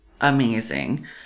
amazing